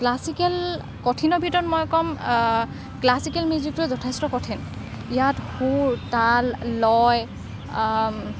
classical কঠিনৰ ভিতৰত মই ক'ম ক্লাছিকেল মিউজিকটোৱে যথেষ্ট কঠিন ইয়াত সুৰ তাল লয়